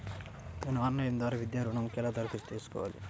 నేను ఆన్లైన్ ద్వారా విద్యా ఋణంకి ఎలా దరఖాస్తు చేసుకోవాలి?